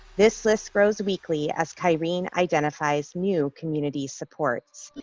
this list grows weekly as kyrene identifies new community supports.